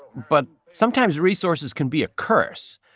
but sometimes, resources can be a curse,